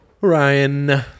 Ryan